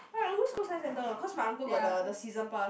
I always go science centre cause my uncle got the the season pass